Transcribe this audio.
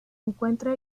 encuentra